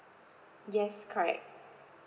yes correct